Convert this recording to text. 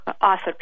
author